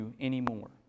anymore